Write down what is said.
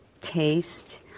taste